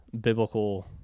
biblical